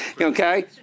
Okay